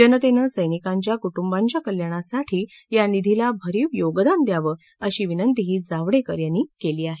जनतेनं सैनिकांच्या कुटुंबांच्या कल्याणासाठी या निधीला भरीव योगदान द्यावं अशी विनंतीही जावडेकर यांनी केली आहे